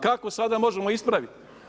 Kako sada možemo ispraviti?